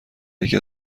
یکی